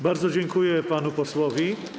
Bardzo dziękuję panu posłowi.